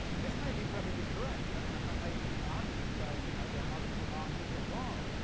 this may be perfectly correct i mean, i'm not making an argument, saying, you know, the analytical marxists are wrong.